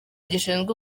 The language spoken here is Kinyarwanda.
gishinzwe